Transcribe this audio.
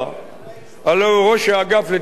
הלוא הוא ראש האגף לתכנון מדיניות